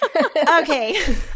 Okay